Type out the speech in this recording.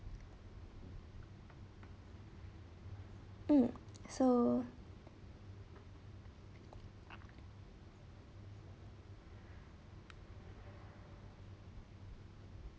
um so